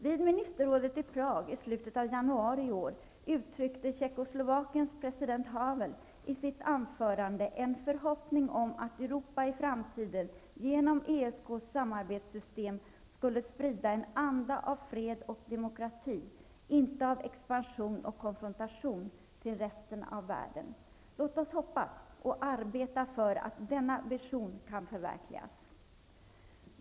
Vid ministerrådets sammanträde i Prag i slutet av januari i år uttryckte Tjeckoslovakiens president Havel i sitt anförande en förhoppning om att Europa i framtiden, genom ESK:s samarbetssystem, skulle sprida en anda av fred och demokrati, inte av expansion och konfrontation, till resten av världen. Låt oss hoppas och arbeta för att denna vision kan förverkligas.